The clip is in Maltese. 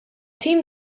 tim